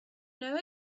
know